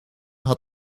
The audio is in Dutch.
had